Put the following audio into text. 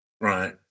Right